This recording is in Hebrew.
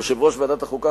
יושב-ראש ועדת החוקה,